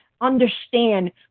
understand